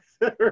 right